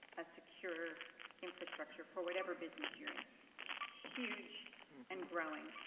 ah secure infrastructure for whatever business you're in, it's huge and growing.